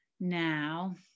now